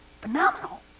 phenomenal